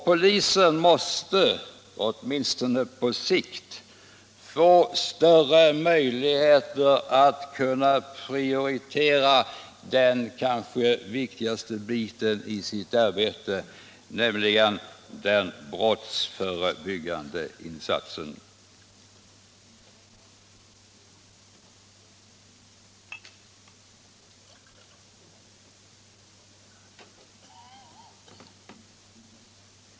Polisen måste åtminstone på sikt få större möjligheter att prioritera den kanske viktigaste biten i sitt arbete, nämligen den brottsförebyggande insatsen.